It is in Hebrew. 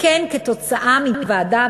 וכן כתוצאה מוועדה,